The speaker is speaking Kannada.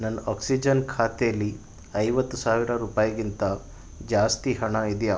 ನನ್ನ ಆಕ್ಸಿಜನ್ ಖಾತೆಲಿ ಐವತ್ತು ಸಾವಿರ ರೂಪಾಯಿಗಿಂತ ಜಾಸ್ತಿ ಹಣ ಇದೆಯಾ